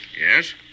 Yes